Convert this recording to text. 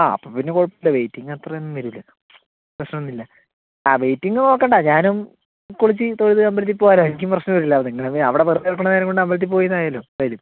ആ അപ്പോൾ പിന്നെ കുഴപ്പമില്ല വെയിറ്റിങ് അത്രെന്നും വരില്ല പ്രശ്നമൊന്നുമില്ല ആ വെയിറ്റിങ് നോക്കണ്ട ഞാനും കുളിച്ച് തൊഴുത് അമ്പലത്തിൽ പോവാലോ എനിക്കും പ്രശ്നം ഇല്ലല്ലൊ ഞാൻ അവിടെ വെറുതെ ഇരിക്കണ നേരം കൊണ്ട് അമ്പലത്തിൽ പോയീന്നായല്ലോ എന്തായാലും